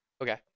okay